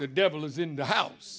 the devil is in the house